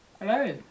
Hello